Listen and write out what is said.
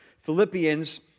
Philippians